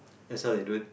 that's how they do it